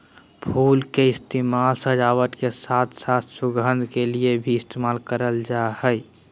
फुल के इस्तेमाल सजावट के साथ साथ सुगंध के लिए भी कयल जा हइ